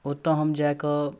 ओतऽ हम जाकऽ